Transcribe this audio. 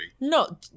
no